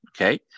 Okay